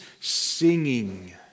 singing